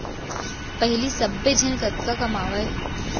पहिली सब्बे झन कतका कमावयँ